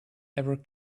ever